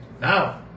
Now